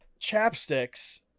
chapsticks